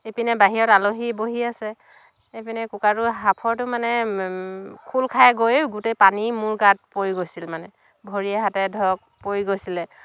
ইপিনে বাহিৰত আলহী বহি আছে এইপিনে কুকাৰটোৰ সাঁফৰটো মানে খোল খাই গৈ গোটেই পানী মোৰ গাত পৰি গৈছিল মানে ভৰিয়ে হাতে ধৰক পৰি গৈছিলে